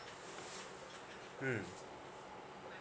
mm